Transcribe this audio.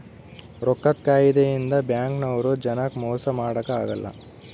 ರೊಕ್ಕದ್ ಕಾಯಿದೆ ಇಂದ ಬ್ಯಾಂಕ್ ನವ್ರು ಜನಕ್ ಮೊಸ ಮಾಡಕ ಅಗಲ್ಲ